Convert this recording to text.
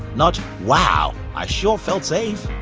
not wow, i sure felt safe.